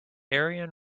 ariane